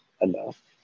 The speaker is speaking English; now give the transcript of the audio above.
enough